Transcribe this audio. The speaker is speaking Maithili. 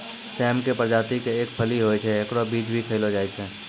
सेम के प्रजाति के एक फली होय छै, हेकरो बीज भी खैलो जाय छै